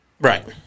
Right